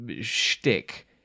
shtick